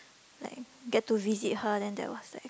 like get to visit her then that was like